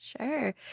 Sure